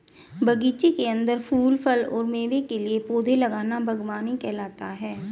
बगीचे के अंदर फूल, फल और मेवे के लिए पौधे लगाना बगवानी कहलाता है